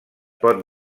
pot